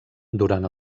durant